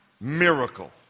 Miracle